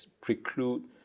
preclude